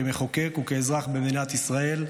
כמחוקק וכאזרח במדינת ישראל,